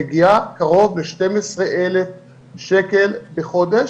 מגיעה קרוב ל-12,000 שקלים לחודש,